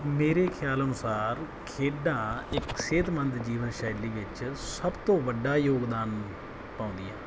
ਮੇਰੇ ਖਿਆਲ ਅਨੁਸਾਰ ਖੇਡਾਂ ਇੱਕ ਸਿਹਤਮੰਦ ਜੀਵਨ ਸ਼ੈਲੀ ਵਿੱਚ ਸਭ ਤੋਂ ਵੱਡਾ ਯੋਗਦਾਨ ਪਾਉਂਦੀਆਂ